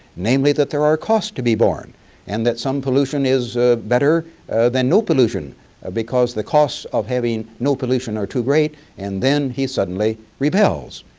namely that there are costs to be born and that some pollution is better than no pollution ah because the costs of having no pollution are too great and then he suddenly repels.